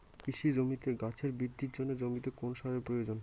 কৃষি জমিতে গাছের বৃদ্ধির জন্য জমিতে কোন সারের প্রয়োজন?